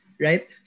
right